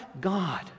God